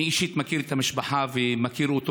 אני אישית מכיר את המשפחה ומכיר אותו.